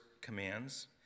commands